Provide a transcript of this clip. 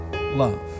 love